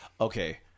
Okay